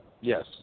Yes